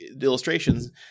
illustrations